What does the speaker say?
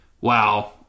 Wow